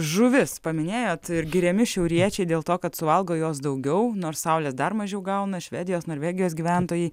žuvis paminėjot ir giriami šiauriečiai dėl to kad suvalgo jos daugiau nors saulės dar mažiau gauna švedijos norvegijos gyventojai